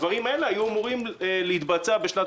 הדברים הללו היו אמורים להתבצע בשנת